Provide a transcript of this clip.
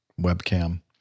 webcam